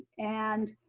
and